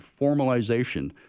formalization